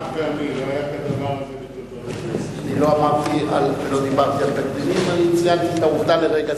אני מתכבד לפתוח את ישיבת הכנסת ואת ישיבות הכנסת לשבוע